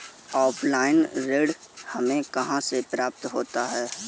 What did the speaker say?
Offline ऋण हमें कहां से प्राप्त होता है?